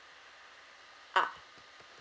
ah